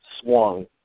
swung